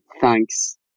thanks